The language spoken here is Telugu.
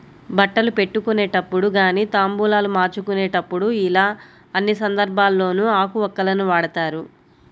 బట్టలు పెట్టుకునేటప్పుడు గానీ తాంబూలాలు మార్చుకునేప్పుడు యిలా అన్ని సందర్భాల్లోనూ ఆకు వక్కలను వాడతారు